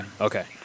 Okay